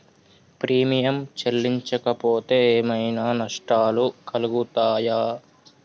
Premium చెల్లించకపోతే ఏమైనా నష్టాలు కలుగుతయా?